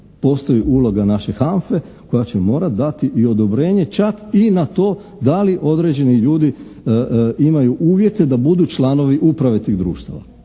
postoji uloga naše HANFA-e koja će morati dati i odobrenje čak i na to da li određeni ljudi imaju uvjete da budu članovi uprave tih društava.